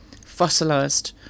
fossilized